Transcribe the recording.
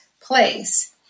place